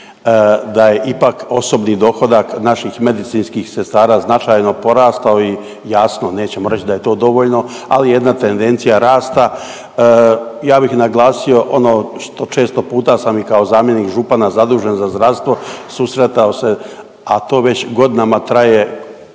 da je ipak osobni dohodak naših medicinskih sestara značajno porastao i jasno, nećemo reći da je to dovoljno, ali jedna tendencija rasta. Ja bih naglasio ono što često puta sam i kao zamjenik župana zadužen za zdravstvo, susretao se, a to već godinama traje,